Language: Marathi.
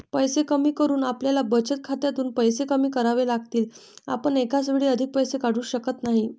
पैसे कमी करून आपल्याला बचत खात्यातून पैसे कमी करावे लागतील, आपण एकाच वेळी अधिक पैसे काढू शकत नाही